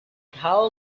how